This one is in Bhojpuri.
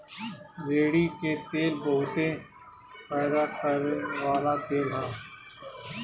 रेड़ी के तेल बहुते फयदा करेवाला तेल ह